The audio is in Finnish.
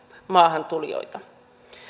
maahantulijoita tulemasta